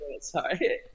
Sorry